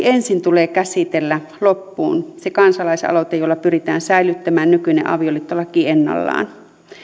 ensin tulee käsitellä loppuun se kansalaisaloite jolla pyritään säilyttämään nykyinen avioliittolaki ennallaan